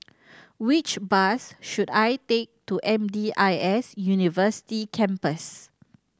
which bus should I take to M D I S University Campus